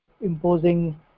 imposing